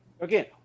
again